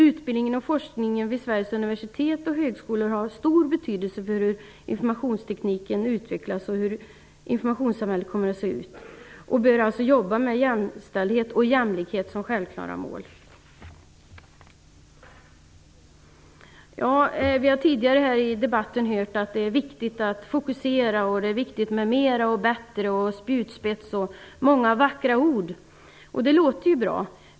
Utbildningen och forskningen vid Sveriges universitet och högskolor har stor betydelse för hur informationstekniken utvecklas och hur informationssamhället kommer att se ut. De bör alltså jobba med jämställdhet och jämlikhet som självklara mål. Vi har tidigare i debatten hört att det är viktigt att fokusera och att det är viktigt med spjutspetsar m.m. Det är många vackra ord. Det låter ju bra.